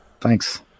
Thanks